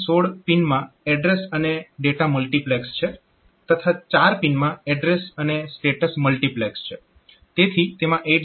અહીં 16 પિનમાં એડ્રેસ અને ડેટા મલ્ટીપ્લેક્સ્ડ છે તથા 4 પિનમાં એડ્રેસ અને સ્ટેટસ મલ્ટીપ્લેક્સ્ડ છે